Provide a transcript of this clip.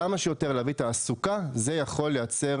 כמה שיותר להביא תעסוקה זה יכול לייצר